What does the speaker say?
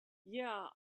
yeah